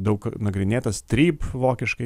daug nagrinėtas tryp vokiškai